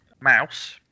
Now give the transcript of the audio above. Mouse